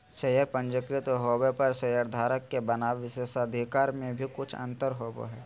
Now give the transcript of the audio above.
share पंजीकृत होबो पर शेयरधारक के बनाम विशेषाधिकार में भी कुछ अंतर होबो हइ